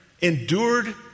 endured